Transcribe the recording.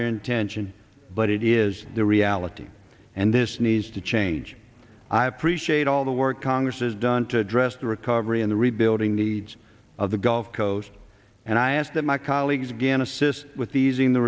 their intention but it is the reality and this needs to change i appreciate all the work congress has done to address the recovery and the rebuilding needs of the gulf coast and i ask that my colleagues again assist with easing the